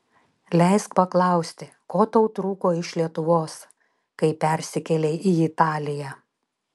leisk paklausti ko tau trūko iš lietuvos kai persikėlei į italiją